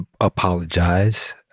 apologize